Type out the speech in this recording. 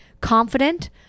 confident